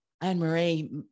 Anne-Marie